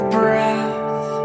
breath